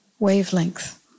Wavelength